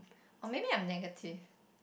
or maybe I'm negative